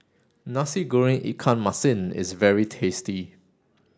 Nasi Goreng Ikan Masin is very tasty